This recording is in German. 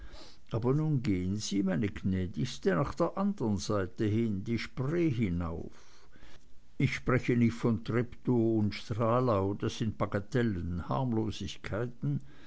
aber nun gehen sie meine gnädigste nach der anderen seite hin die spree hinauf ich spreche nicht von treptow und stralau das sind bagatellen harmlosigkeiten